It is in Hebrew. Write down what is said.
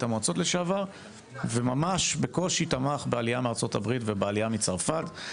המועצות לשעבר וממש בקושי תמך בעלייה מארצות הברית ובעלייה מצרפת.